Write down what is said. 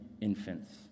infants